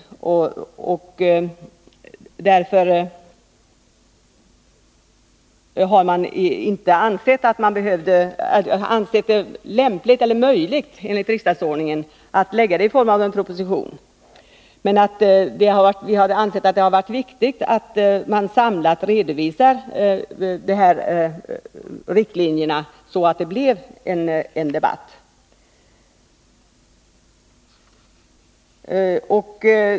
Vi har inte ansett det lämpligt eller möjligt enligt riksdagsordningen att redovisa dem i form av en proposition. Men vi har ansett det viktigt att samlat redovisa riktlinjerna för att få en debatt.